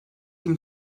ihm